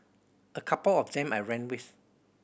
a couple of them I ran with